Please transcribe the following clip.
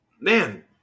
man